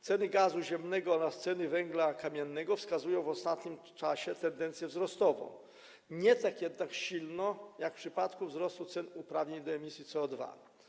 Ceny gazu ziemnego oraz ceny węgla kamiennego wskazują w ostatnim czasie tendencję wzrostową, nie tak jednak silną jak w przypadku wzrostu cen uprawnień do emisji CO2.